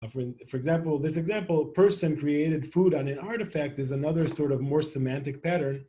למשל, המשל הזה, אנשי קראתי אוכל על ארטיפקט זה מושלם יותר סמנטי